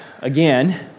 again